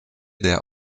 der